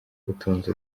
utunze